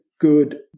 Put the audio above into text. good